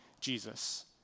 Jesus